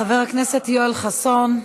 חבר הכנסת יואל חסון,